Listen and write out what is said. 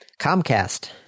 Comcast